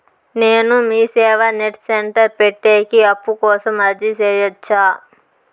నేను Meeseva net centre పెట్టేకి అప్పు కోసం అర్జీ సేయొచ్చా?